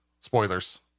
Spoilers